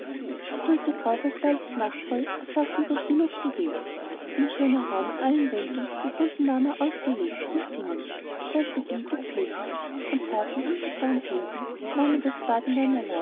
fühlte drauf alsbald sich machtvoll erfaßt und durch die luft bewegt ein schöner raum an allen wänden mit buntem marmor ausgelegt empfing ihn dort bedient gepflegt von zarten unsichtbaren händen nahm er das